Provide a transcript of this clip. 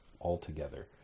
altogether